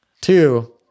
Two